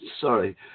Sorry